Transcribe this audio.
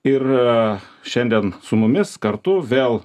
ir šiandien su mumis kartu vėl